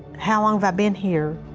how long have i been here?